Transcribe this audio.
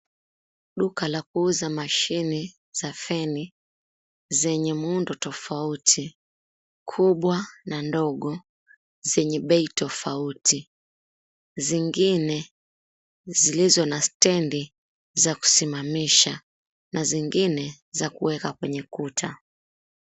Duka la kuuza mashine za feni zenye muundo tofauti, kubwa na ndogo, zenye bei tofauti. Zingine zilizo na stendi za kusimamisha, na zingine za kuweka kwenye kuta.